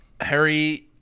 Harry